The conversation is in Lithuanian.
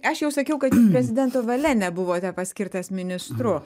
aš jau sakiau kad prezidento valia nebuvote paskirtas ministru